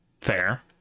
Fair